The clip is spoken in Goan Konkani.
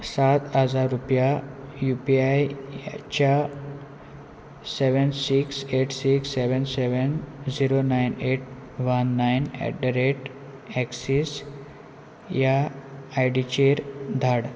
सात हजार रुपया यू पी आयच्या seven six eight six seven seven zero nine eight one nine eight the rate Axis ह्या आयडीचेर धाड